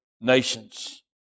nations